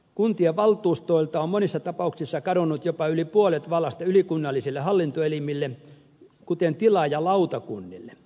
kuntien valtuustoilta on monissa tapauksissa kadonnut jopa yli puolet vallasta ylikunnallisille hallintoelimille kuten tilaajalautakunnille